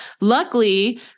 Luckily